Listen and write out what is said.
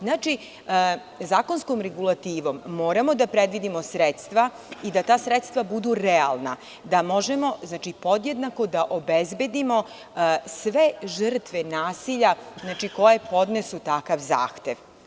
Zakonskom regulativom moramo da predvidimo sredstva i da ta sredstva budu realna, da možemo podjednako da obezbedimo sve žrtve nasilja koje podnesu takav zahtev.